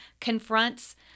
confronts